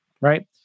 right